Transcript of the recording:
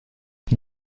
فکر